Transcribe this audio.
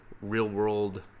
real-world